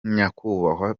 nyakubahwa